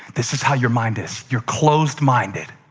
this is how your mind is. you're closed-minded.